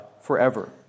forever